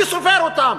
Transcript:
מי סופר אותם?